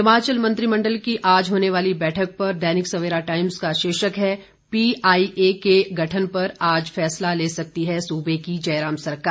हिमाचल मंत्रिमण्डल की आज होने वाली बैठक पर दैनिक सवेरा टाइम्स का शीर्षक है पीआईए के गठन पर आज फैसला ले सकती है सूबे की जयराम सरकार